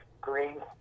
green